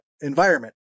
environment